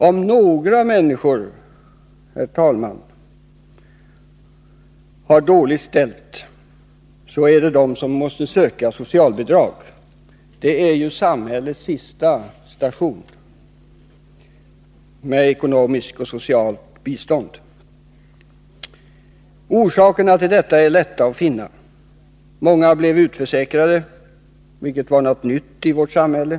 Om några människor har det dåligt ställt, så är det de som måste ansöka om socialbidrag. Ekonomiskt och socialt bistånd är ju samhällets sista station. Orsakerna till detta är lätta att finna. Många blev utförsäkrade, vilket var något nytt i vårt samhälle.